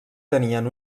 tenien